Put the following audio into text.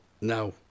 No